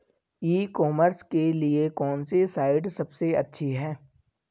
ई commerce के लिए कौनसी साइट सबसे अच्छी है?